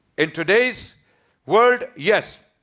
in today's world? yes.